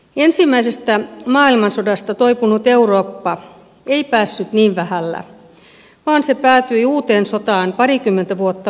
ensimmäisestä maailmansodasta toipunut eurooppa ei päässyt niin vähällä vaan se päätyi uuteen sotaan parikymmentä vuotta myöhemmin